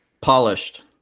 polished